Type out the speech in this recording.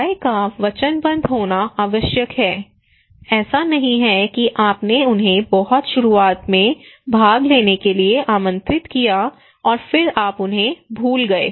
समुदाय का वचनबद्ध होना आवश्यक है ऐसा नहीं है कि आपने उन्हें बहुत शुरुआत में भाग लेने के लिए आमंत्रित किया और फिर आप उन्हें भूल गए